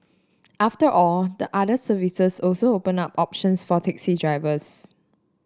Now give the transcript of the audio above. after all the other services also open up options for taxi drivers